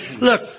Look